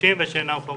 חמושים ושאינם חמושים.